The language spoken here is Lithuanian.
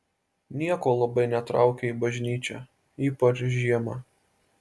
nieko labai netraukia į bažnyčią ypač žiemą